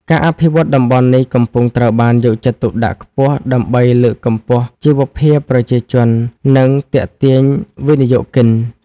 ការអភិវឌ្ឍន៍តំបន់នេះកំពុងត្រូវបានយកចិត្តទុកដាក់ខ្ពស់ ដើម្បីលើកកម្ពស់ជីវភាពប្រជាជន និងទាក់ទាញវិនិយោគិន។